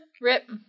Rip